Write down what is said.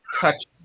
touch